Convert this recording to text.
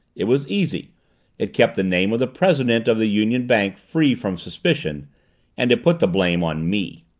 it was easy it kept the name of the president of the union bank free from suspicion and it put the blame on me.